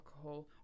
alcohol